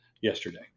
yesterday